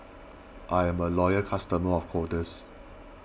I am a loyal customer of Kordel's